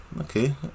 okay